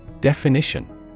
Definition